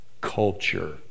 culture